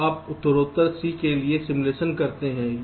अब आप उत्तरोत्तर c के लिए सिमुलेशन करते हैं